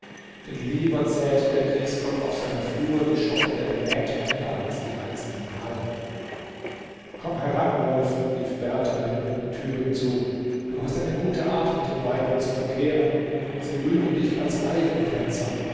denn lieber zählt der kriegsgott auf seiner flur die schocke der gemähten männer als die einzelnen halme komm heran wolf rief berthar dem jungen thüring zu du hast eine gute art mit den weibern zu verkehren und sie rühmen dich als